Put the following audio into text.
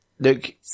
look